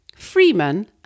Freeman